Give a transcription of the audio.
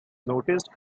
noticed